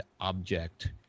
object